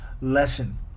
lesson